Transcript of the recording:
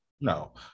No